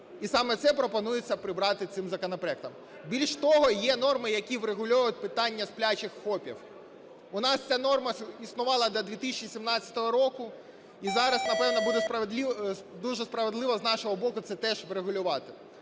і саме це пропонується прибрати цим законопроектом. Більш того, є норми, які врегульовують питання "сплячих" ФОПів. У нас ця норма існувала до 2017 року, і зараз напевне буде дуже справедливо з нашого боку це теж врегулювати.